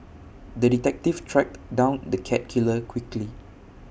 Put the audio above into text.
the detective tracked down the cat killer quickly